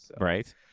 Right